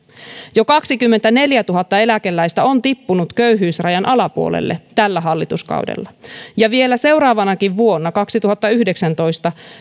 jo kaksikymmentäneljätuhatta eläkeläistä on tippunut köyhyysrajan alapuolelle tällä hallituskaudella ja vielä seuraavanakin vuonna kaksituhattayhdeksäntoista